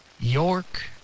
York